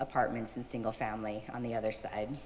apartments and single family on the other side